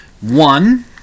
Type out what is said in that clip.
One